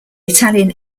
italian